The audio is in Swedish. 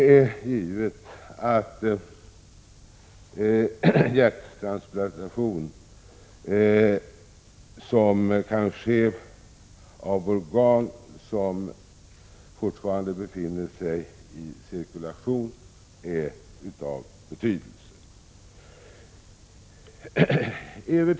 Det är givet att transplantation av organ som fortfarande befinner sig i cirkulation är av betydelse.